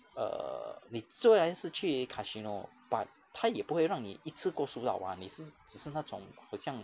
err 你虽然是去 casino but 它也不会让你一次过输到完你是只是那种很像